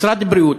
משרד בריאות,